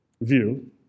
view